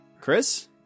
chris